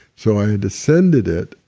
so i had descended it,